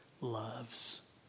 loves